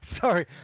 Sorry